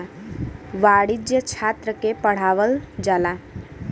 वाणिज्य छात्र के पढ़ावल जाला